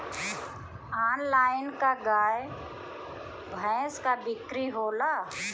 Online का गाय भैंस क बिक्री होला?